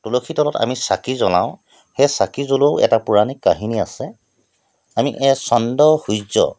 তুলসী তলত আমি চাকি জ্বলাওঁ সেই চাকি জ্বলোৱাও এটা পৌৰাণিক কাহিনী আছে আমি এইয়া চন্দ্ৰ সূৰ্য